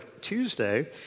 Tuesday